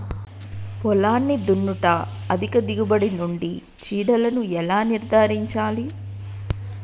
పొలాన్ని దున్నుట అధిక దిగుబడి నుండి చీడలను ఎలా నిర్ధారించాలి?